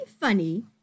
funny